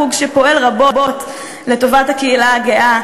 החוק שפועל רבות לטובת הקהילה הגאה,